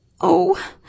Oh